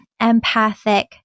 empathic